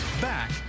Back